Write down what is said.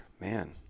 man